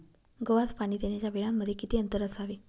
गव्हास पाणी देण्याच्या वेळांमध्ये किती अंतर असावे?